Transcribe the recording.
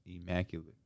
immaculate